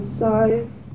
size